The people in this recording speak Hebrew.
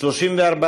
15 לא נתקבלה.